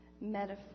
metaphor